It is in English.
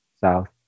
South